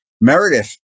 Meredith